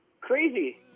crazy